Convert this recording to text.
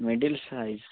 middle size